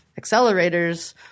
accelerators